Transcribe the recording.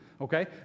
Okay